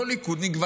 לא ליכודניק,